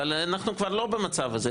אבל אנחנו כבר לא במצב הזה.